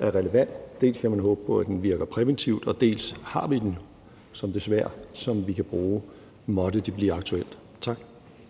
er relevant. Dels kan man håbe på, at den virker præventivt, dels har vi den som det sværd, som vi kan bruge, måtte det blive aktuelt. Tak.